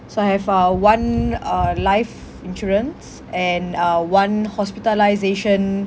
so I have a one uh life insurance and uh one hospitalisation